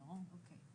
נכון.